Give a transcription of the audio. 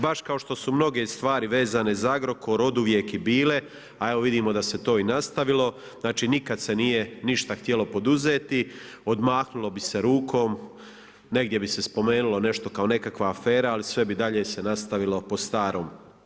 Baš kao što su mnoge stvari vezane za Agrokor oduvijek i bile a evo vidimo da se to i nastavilo, znači nikada se nije ništa htjelo poduzeti, odmaknulo bi se rukom, negdje bi se spomenulo nešto kao nekakva afera ali sve bi dalje se nastavilo po starom.